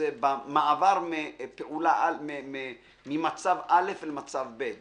במעבר מפעולה ממצב אל"ף למצב בי"ת.